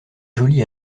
jolie